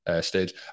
stage